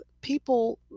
People